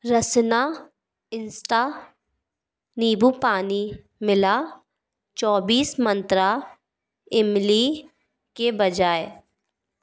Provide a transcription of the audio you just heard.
रसना insta नीम्बू पानी मिला चौबीस मंत्रा इमली के बजाय